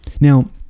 Now